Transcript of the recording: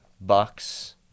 Bucks